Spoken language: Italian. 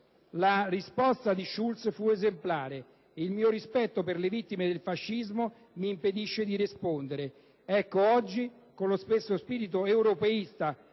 La risposta di Schulz fu esemplare: «Il mio rispetto per le vittime del fascismo mi impedisce di rispondere». Ecco, oggi, con lo stesso spirito europeista